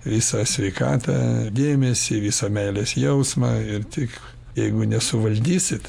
visą sveikatą dėmesį visą meilės jausmą ir tik jeigu nesuvaldysit